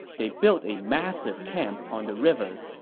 they built a massive camp on the river.